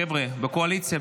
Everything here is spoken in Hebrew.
חבר'ה בקואליציה,